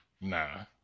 nah